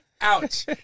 Ouch